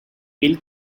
bill